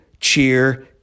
cheer